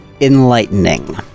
enlightening